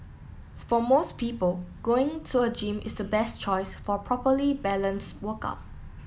for most people going to a gym is the best choice for properly balanced workout